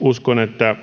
uskon että